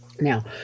Now